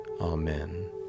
Amen